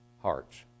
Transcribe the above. hearts